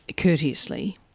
courteously